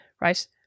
right